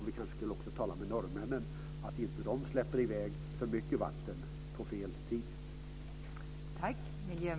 Vi kanske också skulle tala med norrmännen om att de inte släpper i väg för mycket vatten vid fel tidpunkt.